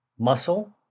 Muscle